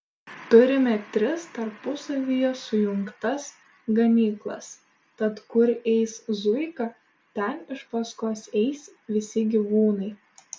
turime tris tarpusavyje sujungtas ganyklas tad kur eis zuika ten iš paskos eis visi gyvūnai